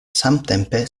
samtempe